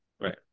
right